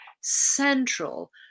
central